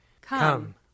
Come